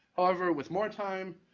cover with more time,